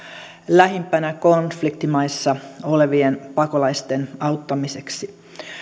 lähempänä konfliktimaita olevien pakolaisten auttamiseksi